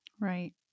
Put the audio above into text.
Right